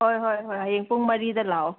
ꯍꯣꯏ ꯍꯣꯏ ꯍꯣꯏ ꯍꯌꯦꯡ ꯄꯨꯡ ꯃꯔꯤꯗ ꯂꯥꯛꯑꯣ